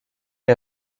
les